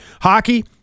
Hockey